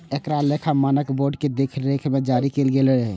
एकरा लेखा मानक बोर्ड के देखरेख मे जारी कैल गेल रहै